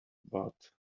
but